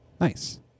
Nice